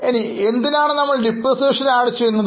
ഇനി എന്തിനാണ് നമ്മൾ Depreciationചേർക്കുന്നത്